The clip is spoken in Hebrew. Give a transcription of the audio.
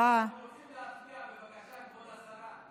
כשרה, אנחנו רוצים להצביע, בבקשה, כבוד השרה.